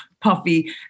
Puffy